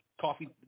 coffee